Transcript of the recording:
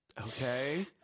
Okay